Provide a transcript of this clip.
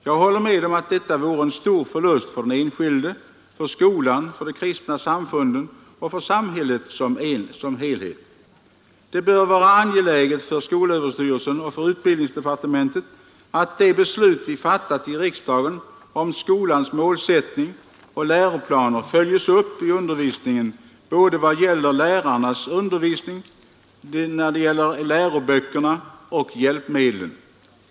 Jag håller med om att detta vore en stor förlust för den enskilde, för skolan, för de kristna samfunden och för samhället som helhet. Det bör vara angeläget för skolöverstyrelsen och för utbildningsdepar tementet att de beslut vi fattat i riksdagen om skolans målsättning och läroplaner följs upp både vad gäller lärarnas undervisning och beträffande de läroböcker och hjälpmedel som används i denna.